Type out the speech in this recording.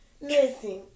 Listen